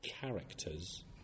characters